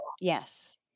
Yes